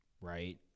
right